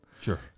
sure